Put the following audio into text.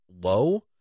low